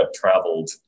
traveled